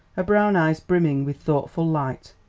brown eyes brimming with thoughtful light.